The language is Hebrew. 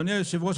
אדוני היושב-ראש,